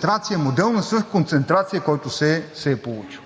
този модел на свръхконцентрация, който се е получил.